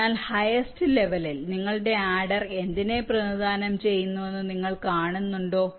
അതിനാൽ ഹയസ്റ് ലെവലിൽ നിങ്ങളുടെ ആഡർ എന്തിനെ പ്രതിനിധാനം ചെയ്യുന്നുവെന്ന് നിങ്ങൾ കാണുന്നുണ്ടോ